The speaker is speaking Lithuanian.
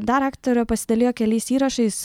dar aktorė pasidalijo keliais įrašais